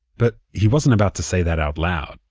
but he wasn't about to say that out loud.